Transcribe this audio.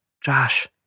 Josh